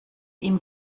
ihm